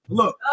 look